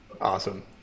Awesome